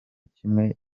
kimwe